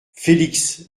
félix